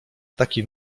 taki